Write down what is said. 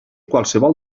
qualsevol